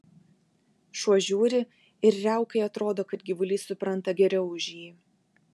šuo žiūri ir riaukai atrodo kad gyvulys supranta geriau už jį